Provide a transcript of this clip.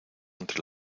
entre